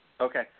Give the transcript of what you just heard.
Okay